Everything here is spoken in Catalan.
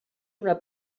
una